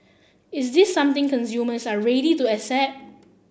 is this something consumers are ready to accept